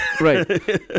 Right